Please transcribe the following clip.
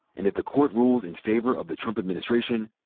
and if the court rules in favor of the trump administration,